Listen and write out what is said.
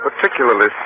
particularly